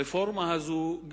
הרפורמה הזאת,